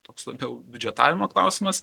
toks labiau biudžetavimo klausimas